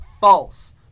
false